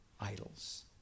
idols